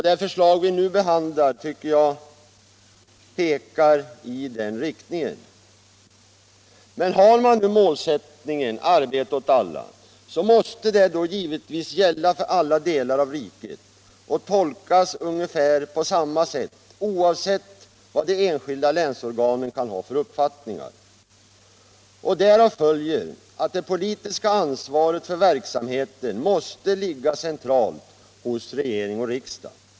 Det förslag vi nu behandlar tycker jag pekar i den riktningen. Men har man nu målsättningen arbete åt alla, då måste den gälla för alla delar av riket och tolkas på ungefär samma sätt oavsett vad enskilda länsorgan kan ha för uppfattningar. Därav följer att det politiska ansvaret för verksamheten måste ligga centralt hos regering och riksdag.